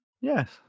Yes